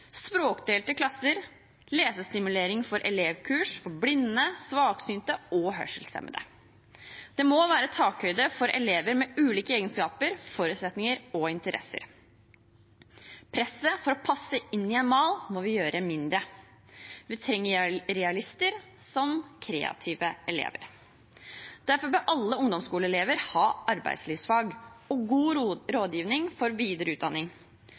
språkdelte klasser, lesestimulering og elevkurs for blinde, svaksynte og hørselshemmede. Det må være takhøyde for elever med ulike egenskaper, forutsetninger og interesser. Presset for å passe inn i en mal må vi gjøre mindre. Vi trenger realister og kreative elever. Derfor bør alle ungdomsskoleelever ha arbeidslivsfag og god rådgivning for videre utdanning.